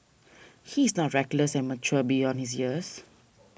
he is not reckless and mature beyond his years